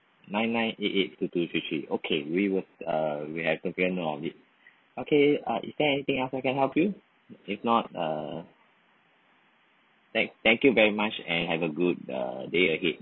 nine nine eight eight two two three three okay we will uh we have taken note of it okay ah is there anything else I can help you if not ah thank thank you very much and have a good day ahead